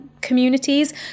communities